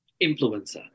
Influencer